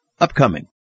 Upcoming